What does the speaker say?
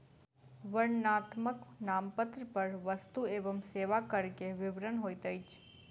वर्णनात्मक नामपत्र पर वस्तु एवं सेवा कर के विवरण होइत अछि